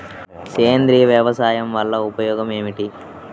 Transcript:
సేంద్రీయ వ్యవసాయం వల్ల ఉపయోగం ఏమిటి?